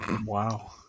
Wow